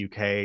uk